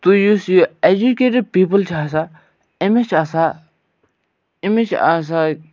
تہٕ یُس یہِ ایٚجوٗکیٹِڈ پیٖپُل چھِ آسان أمِس چھِ آسان أمِس چھِ آسان